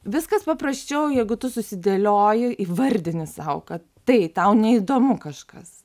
viskas paprasčiau jeigu tu susidėlioji įvardini sau kad tai tau neįdomu kažkas